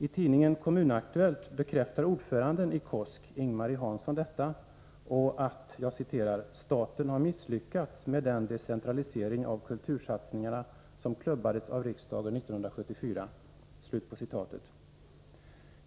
I tidningen Kommun Aktuellt bekräftar ordföranden i KOSK, Ing-Marie Hansson, detta och anför: ”Staten har misslyckats med den decentralisering av kultursatsningarna som klubbades av riksdagen 1974”.